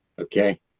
Okay